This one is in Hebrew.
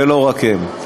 ולא רק הם.